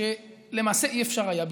שלמעשה אי-אפשר היה בלעדיהם.